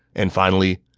and finally,